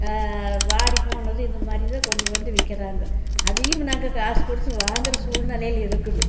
வாடிப்போனது இது மாதிரிதான் கொண்டு வந்து விற்கிறாங்க அதையும் நாங்கள் காசு கொடுத்து வாங்குகிற சூழ்நிலையில் இருக்குது